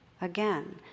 again